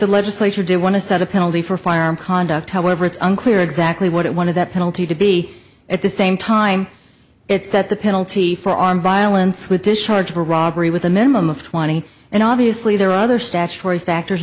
the legislature did want to set a penalty for firearm conduct however it's unclear exactly what it wanted that penalty to be at the same time it's set the penalty for armed violence with discharge for robbery with a minimum of twenty and obviously there are other statutory factors